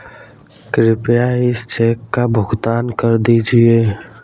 कृपया इस चेक का भुगतान कर दीजिए